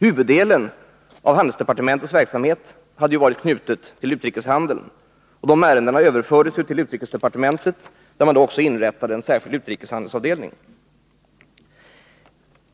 Huvuddelen av handelsdepartementets verksamhet hade varit knuten till utrikeshandeln. De ärendena överfördes till utrikesdepartementet, där man också inrättade en särskild utrikeshandelsavdelning.